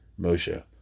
Moshe